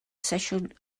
sesiwn